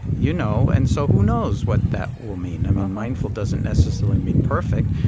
you know and so who knows what that will mean? i mean, mindful doesn't necessarily mean perfect.